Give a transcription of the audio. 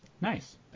nice